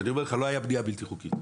ואני אומר לך לא הייתה בנייה בלתי חוקית.